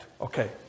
okay